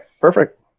Perfect